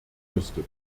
müsste